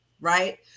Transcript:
right